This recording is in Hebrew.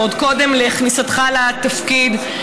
ועוד קודם לכניסתך לתפקיד,